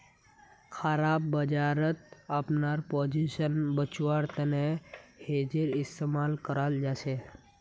खराब बजारत अपनार पोजीशन बचव्वार तने हेजेर इस्तमाल कराल जाछेक